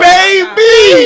Baby